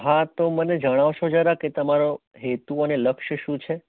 હા તો મને જણાવશો જરા તમારો હેતુ અને લક્ષ્ય શું છે